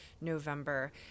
November